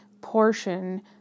portion